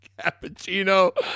Cappuccino